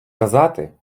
казати